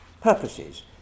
purposes